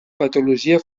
patologia